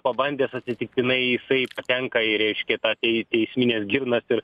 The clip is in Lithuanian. pabandęs atsitiktinai jisai patenka į reiškia tą tei teismines girnas ir